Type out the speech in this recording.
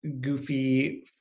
goofy